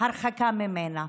הרחקה ממנה.